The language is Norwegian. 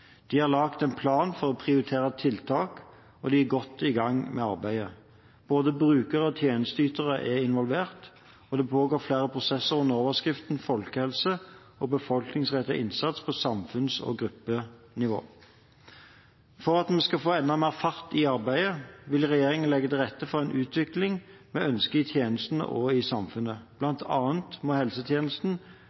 De har laget en plan for å prioritere tiltak, og de er godt i gang med arbeidet. Både brukere og tjenesteytere er involvert. Det pågår flere prosesser under overskriften folkehelse og befolkningsrettet innsats på samfunns- og gruppenivå. For at vi skal få enda mer fart i arbeidet, vil regjeringen legge til rette for den utviklingen vi ønsker i tjenestene og i samfunnet. Blant annet må helsetjenesten